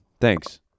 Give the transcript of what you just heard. Thanks